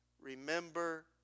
Remember